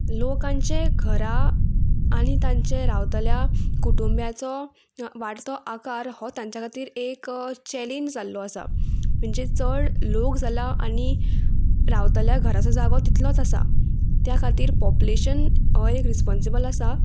लोकांचे घरा आनी तांचे रावतल्या कुटुंब्याचो वाडतो आकार हो तांच्या खातीर एक चॅलेंज जाल्लो आसा म्हणजे चड लोक जाला आनी रावतल्या घराचो जागो तितलोच आसा त्या खातीर पोप्युलेशन हो एक रिस्पोन्सीबल आसा